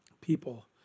people